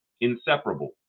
inseparable